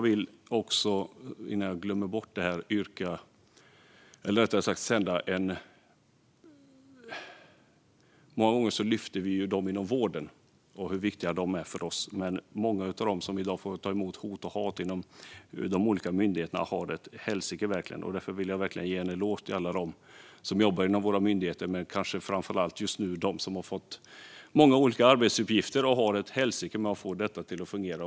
Många gånger lyfter vi fram dem som jobbar inom vården och hur viktiga de är för oss, men det är många inom de olika myndigheterna i dag som får ta emot hot och hat och som verkligen har ett helsike. Jag vill därför ge en eloge till alla som jobbar inom våra myndigheter men framför allt till dem som har fått många olika arbetsuppgifter och just nu har ett elände med att få det att fungera.